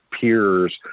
peers